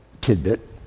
tidbit